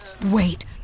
wait